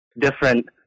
different